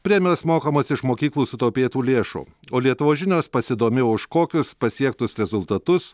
premijos mokamos iš mokyklų sutaupėtų lėšų o lietuvos žinios pasidomėjo už kokius pasiektus rezultatus